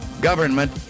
Government